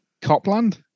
Copland